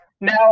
now